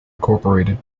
incorporated